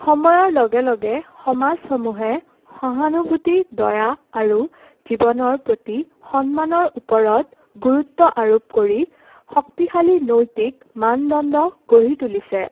সময়ৰ লগে লগে সমাজসমূহে সহানুভূতি দয়া আৰু জীৱনৰ প্ৰতি সন্মানৰ ওপৰত গুৰুত্ব আৰোপ কৰি শক্তিশালী নৈতিক মানদণ্ড গঢ়ি তুলিছে